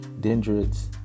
dendrites